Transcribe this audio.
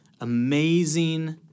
amazing